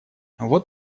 вот